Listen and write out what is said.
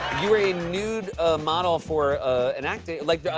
you were a nude model for an acting like,